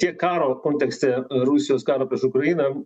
tiek karo kontekste rusijos karo prieš ukrainą